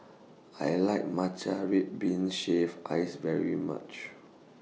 I like Matcha Red Bean Shaved Ice very much